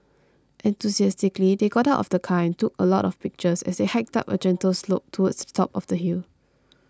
enthusiastically they got out of the car and took a lot of pictures as they hiked up a gentle slope towards the top of the hill